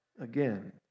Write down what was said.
again